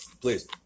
Please